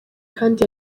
kandi